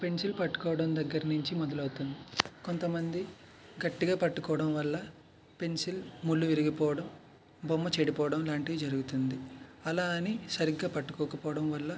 pencil పట్టుకోవడం దగ్గర నుంచి మొదలు అవుతుంది కొంత మంది గట్టిగా పట్టుకోవడం వల్ల పెన్సిల్ ముళ్ళు విరిగిపోవడం బొమ్మ చెడిపోవడం లాంటివి జరుగుతుంది అలా అని సరిగ్గా పట్టుకోకపోవడం వల్ల